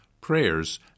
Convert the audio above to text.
prayers